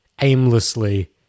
aimlessly